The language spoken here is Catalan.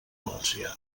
valencià